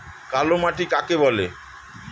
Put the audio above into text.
কালো মাটি কাকে বলে?